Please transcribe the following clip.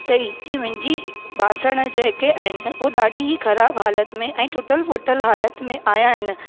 चई की मुंहिंजी बासण जेके आहिनि उहे ॾाढी ही ख़राबु हालति में ऐं टुटल फुटल हालति में आया आहिनि